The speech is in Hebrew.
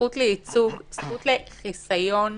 הזכות לייצוג, הזכות לחיסיון